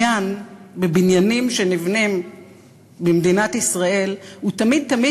בבניינים שנבנים במדינת ישראל הוא תמיד תמיד